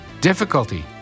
Difficulty